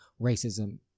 racism